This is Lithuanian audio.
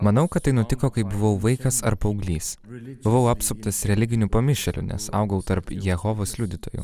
manau kad tai nutiko kai buvau vaikas ar paauglys buvau apsuptas religinių pamišėlių nes augau tarp jehovos liudytojų